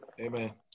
Amen